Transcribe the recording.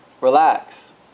Relax